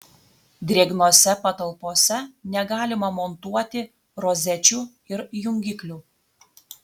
drėgnose patalpose negalima montuoti rozečių ir jungiklių